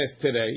today